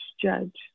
judge